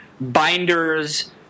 binders